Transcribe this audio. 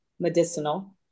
Medicinal